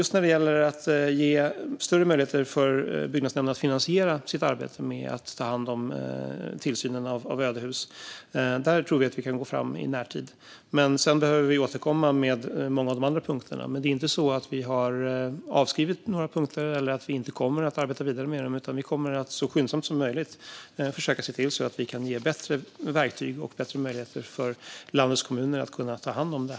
När det gäller att ge byggnadsnämnder större möjlighet att finansiera tillsynen av ödehus tror vi att vi kan gå fram i närtid. Många av de andra punkterna får vi återkomma till. Vi har inte avskrivit några punkter, utan vi kommer att arbeta med dem och så skyndsamt som möjligt försöka ge landets kommuner bättre verktyg och möjligheter att ta itu med detta problem.